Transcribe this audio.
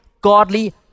godly